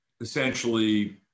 essentially